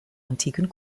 antiken